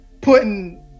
putting